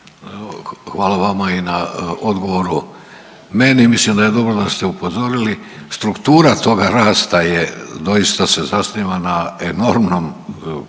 Hvala vama i na odgovoru. Meni mislim da je dobro da ste upozorili, struktura toga rasta je doista se zasniva na enormnom količini